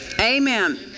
Amen